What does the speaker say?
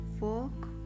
walk